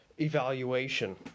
evaluation